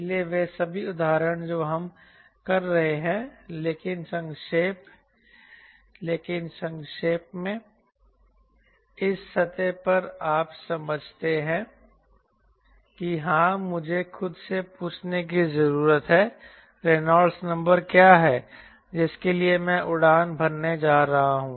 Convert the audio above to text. इसलिए वे सभी उदाहरण जो हम कर रहे हैं लेकिन संक्षेप में इस स्तर पर आप समझते हैं कि हां मुझे खुद से पूछने की जरूरत है रेनॉल्ड नंबर क्या है जिसके लिए मैं उड़ान भरने जा रहा हूं